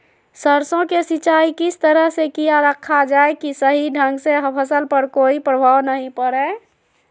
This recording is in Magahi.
सरसों के सिंचाई किस तरह से किया रखा जाए कि सही ढंग से फसल पर कोई प्रभाव नहीं पड़े?